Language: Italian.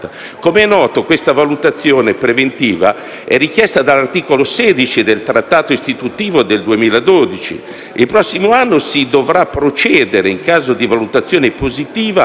Com'è noto, tale valutazione preventiva è richiesta dall'articolo 16 del Trattato istitutivo del 2012. Il prossimo anno, in caso di valutazione positiva,